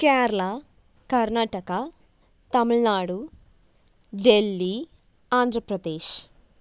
Kerala Karnataka Tamil Nadu Delhi Andhra Pradesh